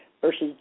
versus